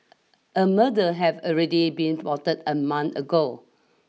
a murder have already been plotted a month ago